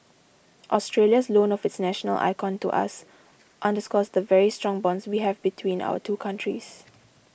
Australia's loan of its national icon to us underscores the very strong bonds we have between our two countries